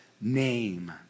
name